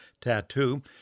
Tattoo